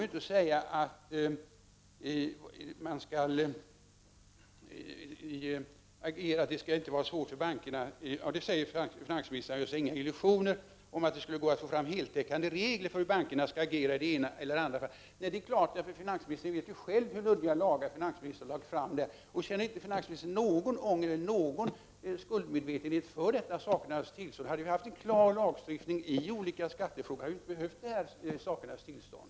Finansministern säger att han inte gör sig några illusioner om att det skulle gå att få fram heltäckande regler för hur bankerna skall agera i det ena eller det andra fallet. Nej, det är klart eftersom finansministern själv vet hur luddiga lagar han har lagt fram förslag om. Känner inte finansministern någon ånger eller något skuldmedvetande inför detta sakernas tillstånd? Hade vi haft en klar lagstiftning i olika skattefrågor, hade vi inte hamnat i den här situationen.